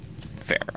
fair